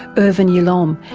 irvin yalom,